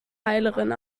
heilerin